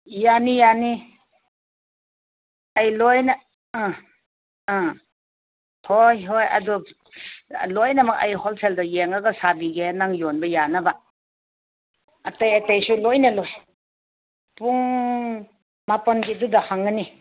ꯌꯥꯅꯤ ꯌꯥꯅꯤ ꯑꯩ ꯂꯣꯏꯅ ꯑ ꯑ ꯍꯣꯏ ꯍꯣꯏ ꯑꯗꯨ ꯂꯣꯏꯅꯃꯛ ꯑꯩ ꯍꯣꯜꯁꯦꯜꯗ ꯌꯦꯡꯉꯒ ꯁꯥꯕꯤꯒꯦ ꯅꯪ ꯌꯣꯟꯕ ꯌꯥꯅꯕ ꯑꯇꯩ ꯑꯇꯩꯁꯨ ꯂꯣꯏꯅ ꯂꯧꯁꯦ ꯄꯨꯡ ꯃꯥꯄꯜꯒꯤꯗꯨꯗ ꯍꯥꯡꯒꯅꯤ